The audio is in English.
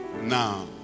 Now